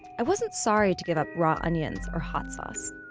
i wasn't sorry to give up raw onions or hot sauce.